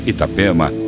Itapema